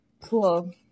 Cool